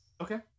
okay